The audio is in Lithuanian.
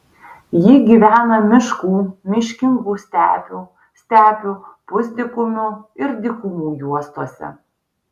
ji gyvena miškų miškingų stepių stepių pusdykumių ir dykumų juostose